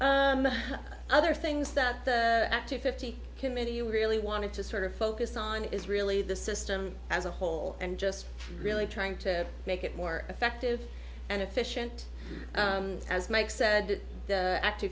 other things that are active fifty committee you really wanted to sort of focus on is really the system as a whole and just really trying to make it more effective and efficient as mike said the